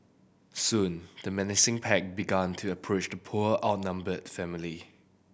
soon the menacing pack began to approach the poor outnumbered family